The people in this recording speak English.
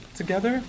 together